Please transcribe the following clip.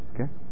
Okay